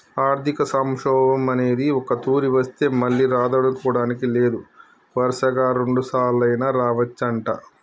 ఆర్థిక సంక్షోభం అనేది ఒక్కతూరి వస్తే మళ్ళీ రాదనుకోడానికి లేదు వరుసగా రెండుసార్లైనా రావచ్చంట